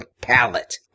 palette